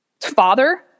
father